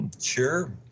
Sure